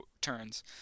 turns